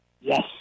Yes